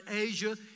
Asia